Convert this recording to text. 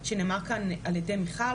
שנאמר כאן על ידי מיכל